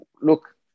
look